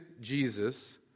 Jesus